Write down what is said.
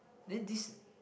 then this